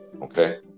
Okay